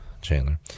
chandler